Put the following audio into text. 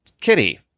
Kitty